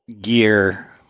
gear